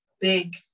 big